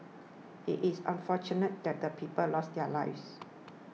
it is unfortunate that the people lost their lives